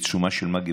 בעיצומה של מגפה,